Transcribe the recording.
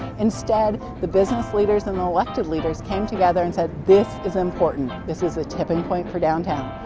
instead, the business leaders and the elective leaders came together and said, this is important. this is the tipping point for downtown.